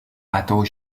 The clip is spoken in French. bateau